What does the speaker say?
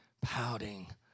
pouting